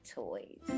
toys